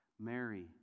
Mary